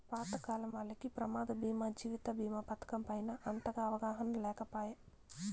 పాతకాలం వాల్లకి ప్రమాద బీమా జీవిత బీమా పతకం పైన అంతగా అవగాహన లేకపాయె